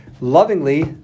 lovingly